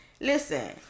Listen